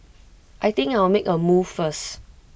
I think I'll make A move first